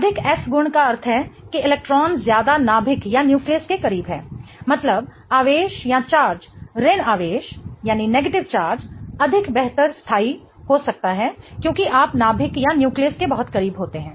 अधिक s गुण का अर्थ है कि इलेक्ट्रॉन ज्यादा नाभिक के करीब है मतलब आवेश ऋण आवेश अधिक बेहतर स्थाई हो सकता है क्योंकि आप नाभिक के बहुत करीब होते हैं